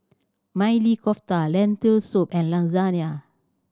Maili Kofta Lentil Soup and Lasagna